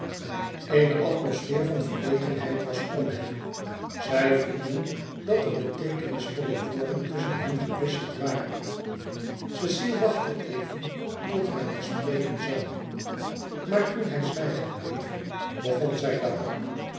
eene atmosfeer van verlegenheid was om hen zij voelden dat er beteekenisvolle woorden tusschen hen gewisseld waren cecile wachtte even tot hij weêr spreken zoû maar toen hij zwijgen bleef begon zij dapper